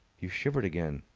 you shivered again.